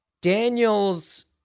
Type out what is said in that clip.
Daniel's